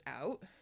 out